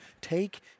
take